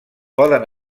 poden